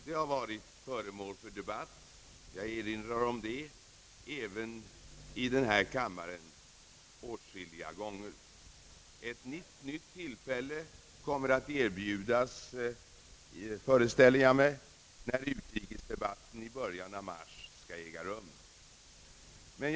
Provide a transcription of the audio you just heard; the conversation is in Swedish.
Det har varit föremål för debatt — jag erinrar om det — åtskilliga gånger även i denna kammare. Ett nytt tillfälle kommer att erbjudas, föreställer jag mig, när utrikesdebatten äger rum i början av mars.